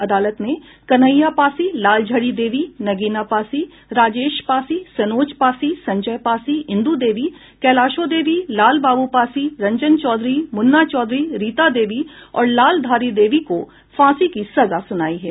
अदालत ने कन्हैया पासी लालझरी देवी नगीना पासी राजेश पासी सनोज पासी संजय पासी इंदु देवी कैलाशो देवी लाल बाबू पासी रंजन चौधरी मुन्ना चौधरी रीता देवी और लाल धारी देवी को फांसी की सजा सुनायी है